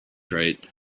right